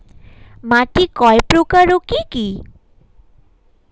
মাটি কয় প্রকার ও কি কি?